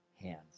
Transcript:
hands